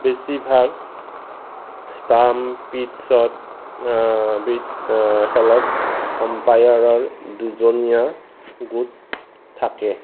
বেছিভাগ ফাষ্টপিটছত বিচ্চ খেলত আম্পায়াৰৰ দুজনীয়া গোট থাকে